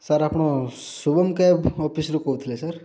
sir ଆପଣ Shubham cab ଅଫିସ୍ରୁ କହୁଥୁଲେ ସାର୍